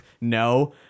No